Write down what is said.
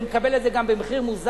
הוא מקבל את זה גם במחיר מוזל,